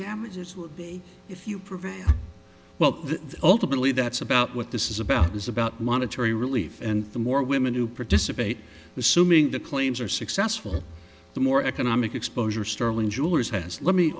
damages would be if you prevail well ultimately that's about what this is about is about monetary relief and the more women who participate assuming the claims are successful the more economic exposure sterling jewellers has let me